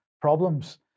problems